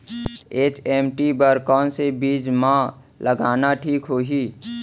HMT बर कौन से बीज मा लगाना ठीक होही?